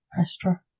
Astra